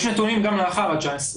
יש נתונים גם לאחר ה-19.